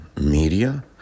media